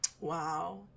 wow